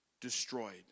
destroyed